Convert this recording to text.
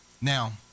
Now